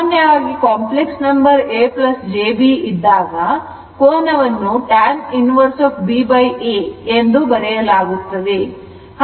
ಸಾಮಾನ್ಯವಾಗಿ complex number a j b ಇದ್ದಾಗ ಕೋನವನ್ನು tan inverse ba ಈ ರೀತಿಯಾಗಿ ಬರೆಯಲಾಗುತ್ತದೆ